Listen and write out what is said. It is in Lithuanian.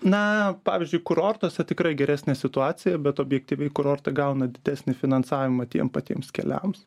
na pavyzdžiui kurortuose tikrai geresnė situacija bet objektyviai kurortai gauna didesnį finansavimą tiem patiems keliams